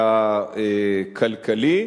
והכלכלי,